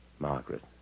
Margaret